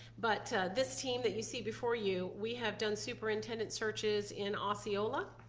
but this team that you see before you, we have done superintendent searches in osceola,